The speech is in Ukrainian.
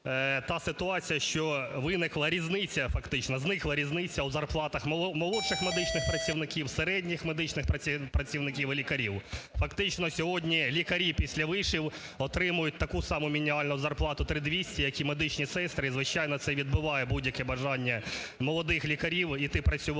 та ситуація, що виникла різниця фактично, зникла різниця у зарплатах молодших медичних працівників, середніх медичних працівників і лікарів. Фактично сьогодні лікарі після вишів отримують таку саму мінімальну зарплату 3200 як і медичні сестри. Звичайно, це відбиває будь-яке бажання молодих лікарів іти працювати